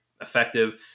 effective